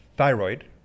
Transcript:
thyroid